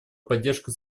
поддержку